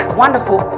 wonderful